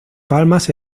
palmas